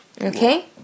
Okay